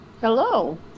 Hello